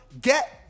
Get